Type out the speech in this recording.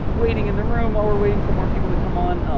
waiting in the room while we're waiting for more people to come on.